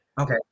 Okay